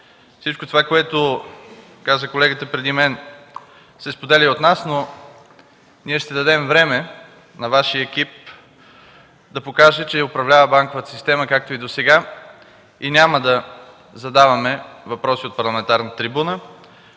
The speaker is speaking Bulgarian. Всичко това, което каза колегата преди мен, се споделя и от нас, но ние ще дадем време на Вашия екип да покаже, че управлява банковата система, както и досега, и няма да задаваме въпроси от парламентарната трибуна.